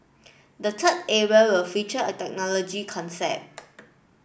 the third area will feature a technology concept